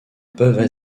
peuvent